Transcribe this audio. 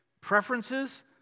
preferences